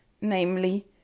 namely